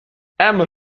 ärmel